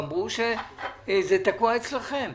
אמרו שזה תקוע אצלכם,